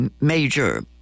major